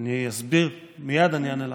אני אסביר, מייד אני אענה לך.